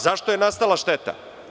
Zašto je nastala šteta?